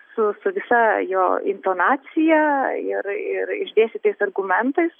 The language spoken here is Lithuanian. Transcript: su su visa jo intonacija ir ir išdėstytais argumentais